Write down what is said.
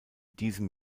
diesem